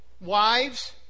wives